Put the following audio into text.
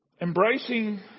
Embracing